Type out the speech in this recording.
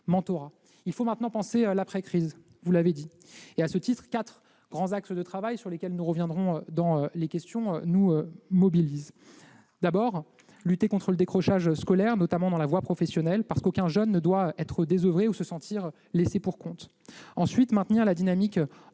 d'euros. Il faut maintenant penser à l'après-crise, vous l'avez dit. À ce titre, quatre grands axes de travail, sur lesquels je reviendrai à l'occasion des questions, nous mobilisent. Tout d'abord, il faut lutter contre le décrochage scolaire, notamment dans la voie professionnelle, parce qu'aucun jeune ne doit être désoeuvré ni se sentir laissé pour compte. Ensuite, nous devons maintenir la dynamique